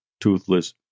toothless